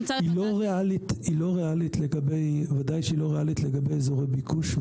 ודאי שהיא לא ריאלית לגבי אזורי ביקוש,